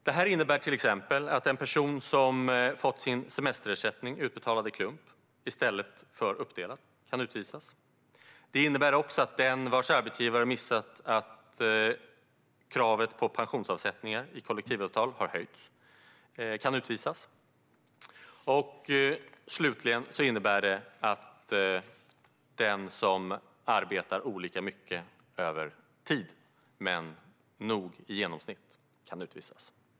Det innebär till exempel att en person som fått sin semesterersättning utbetalad i klump i stället för uppdelad kan utvisas. Det innebär också att den vars arbetsgivare missat att kravet på pensionsavsättningar i kollektivavtal har höjts kan utvisas. Slutligen innebär det att den som arbetar olika mycket över tid men nog i genomsnitt kan utvisas.